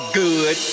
good